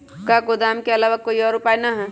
का गोदाम के आलावा कोई और उपाय न ह?